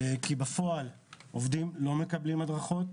כי בפועל עובדים לא מקבלים הדרכות,